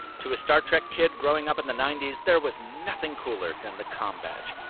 to a star trek kid growing up in the ninety s, there was nothing cooler than the combadge.